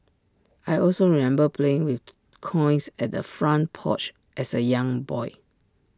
I also remember playing with coins at the front porch as A young boy